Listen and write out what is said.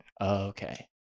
Okay